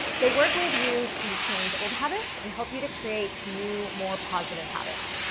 they work with you to change old habits and help you to create new more positive habits.